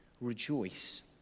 rejoice